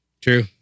True